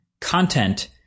content